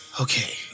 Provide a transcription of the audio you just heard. Okay